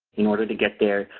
in order to get there,